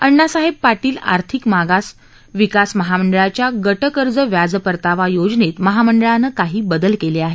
अण्णासाहेब पाटील आर्थिक मागास विकास महामंडळाच्या गट कर्ज व्याज परतावा योजनेत महामंडळानं काही बदल केले आहेत